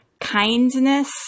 kindness